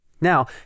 Now